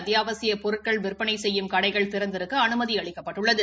அத்தியாவசியப் பொருட்கள் விற்பளை செய்யும் கடைகள் திறந்திருக்க அனுமதி அளிக்கப்பட்டுள்ளது